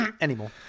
Anymore